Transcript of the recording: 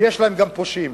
ויש להם גם פושעים,